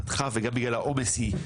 שיעבוד שם.